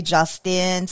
Justin